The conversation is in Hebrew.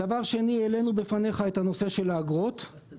שנית, העלינו בפניך את נושא האגרות שאנחנו משלמים.